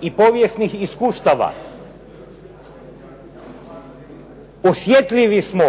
i povijesnih iskustava osjetljivi smo